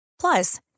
Plus